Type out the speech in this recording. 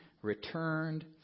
returned